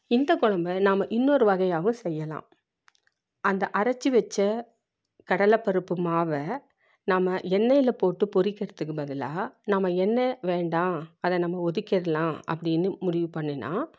இந்த கொழம்ப நாம் இன்னொரு வகையாகவும் செய்யலாம் அந்த அரைத்து வச்ச கடலை பருப்பு மாவை நம்ம எண்ணையில் போட்டு பொரிக்கிறதுக்கு பதிலாக நாம் எண்ணை வேண்டாம் அதை நம்ம ஒத்திக்கிடலாம் அப்படின்னு முடிவு பண்ணுனால்